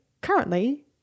currently